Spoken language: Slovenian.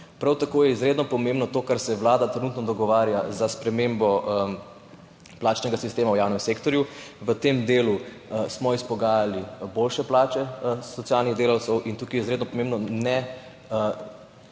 Prav tako je izredno pomembno to, kar se Vlada trenutno dogovarja za spremembo plačnega sistema v javnem sektorju. V tem delu smo izpogajali boljše plače socialnih delavcev in tukaj je izredno pomembno,